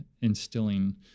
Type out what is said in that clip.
instilling